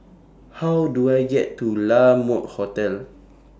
How Do I get to La Mode Hotel